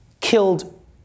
killed